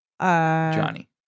Johnny